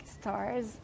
stars